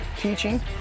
teaching